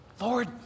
Lord